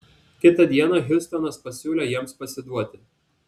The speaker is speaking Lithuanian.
kitą dieną hiustonas pasiūlė jiems pasiduoti